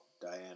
Diana